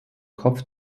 kopf